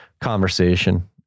conversation